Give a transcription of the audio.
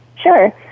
Sure